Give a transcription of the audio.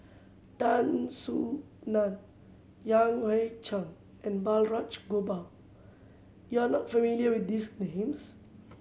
Tan Soo Nan Yan Hui Chang and Balraj Gopal you are not familiar with these names